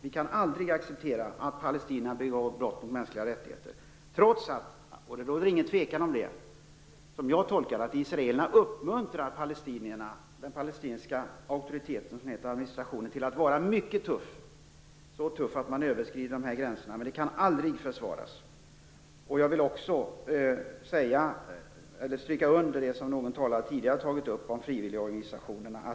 Vi kan aldrig acceptera att palestinierna begår brott mot mänskliga rättigheter, trots att - och det råder inga tvivel om det - israelerna uppmuntrar den palestinska auktoriteten och administrationen till att vara mycket tuff, så tuff att man överskrider gränserna. Men detta kan aldrig försvaras. Jag vill dessutom stryka under det som någon tidigare talare tog upp om frivilligorganisationerna.